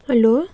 hello